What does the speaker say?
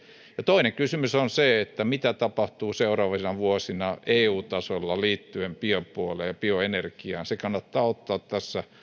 ja toinen kysymys on se mitä tapahtuu seuraavina vuosina eu tasolla liittyen biopuoleen ja bioenergiaan ja kannattaa ottaa tässä